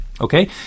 Okay